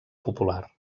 popular